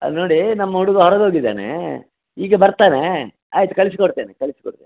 ನೋಡಿ ನಮ್ಮ ಹುಡ್ಗ ಹೊರಗೆ ಹೋಗಿದಾನೆ ಈಗ ಬರ್ತಾನೆ ಆಯ್ತು ಕಲಿಸಿ ಕೊಡ್ತೇನೆ ಕಳಿಸಿ ಕೊಡ್ತೇನೆ